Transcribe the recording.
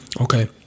okay